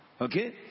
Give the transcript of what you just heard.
Okay